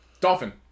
Dolphin